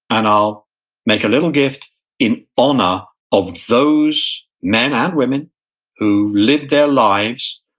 and i'll make a little gift in honor of those men and women who lived their lives,